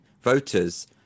voters